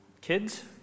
kids